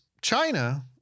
China